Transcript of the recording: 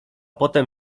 potem